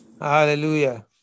hallelujah